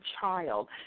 child